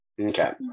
Okay